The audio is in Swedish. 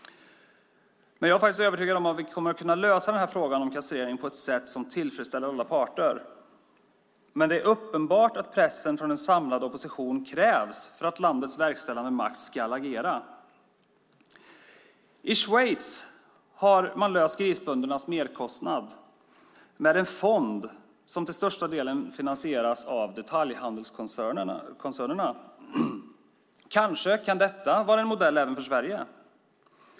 Jag är faktiskt övertygad om att vi kommer att kunna lösa frågan om kastrering på ett sätt som tillfredsställer alla parter, men det är uppenbart att pressen från en samlad opposition krävs för att landets verkställande makt ska agera. I Schweiz har man löst grisböndernas merkostnad med en fond som till största delen finansieras av detaljhandelskoncernerna. Kanske kan detta vara en modell även för Sverige.